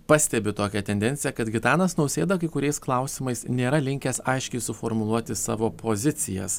pastebi tokią tendenciją kad gitanas nausėda kai kuriais klausimais nėra linkęs aiškiai suformuluoti savo pozicijas